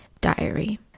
diary